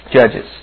Judges